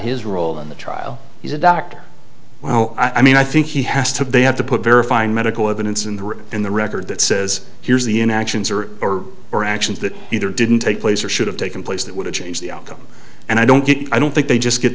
his role in the trial he's a doctor i mean i think he has to they have to put verifying medical evidence in the room in the record that says here's the inactions or or or actions that either didn't take place or should have taken place that would have changed the outcome and i don't get i don't think they just get